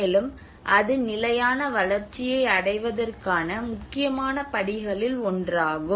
மேலும் அது நிலையான வளர்ச்சியை அடைவதற்கான முக்கியமான படிகளில் ஒன்றாகும்